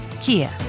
Kia